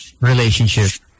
relationship